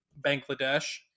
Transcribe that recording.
bangladesh